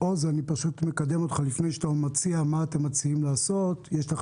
לפני שאתה מציע מה לעשות, יש לך